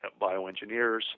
bioengineers